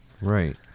Right